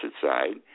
side